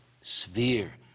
sphere